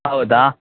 ಹೌದಾ